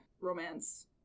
romance